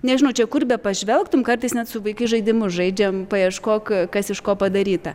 nežinau čia kur bepažvelgtum kartais net su vaikais žaidimus žaidžiam paieškok kas iš ko padaryta